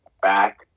back